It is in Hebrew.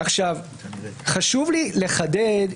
חשוב לי לחדד,